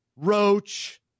Roach